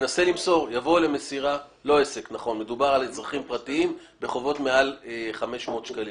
לא מדובר בעסקים אלא על אזרחים פרטיים עם חובות מעל 500 שקלים.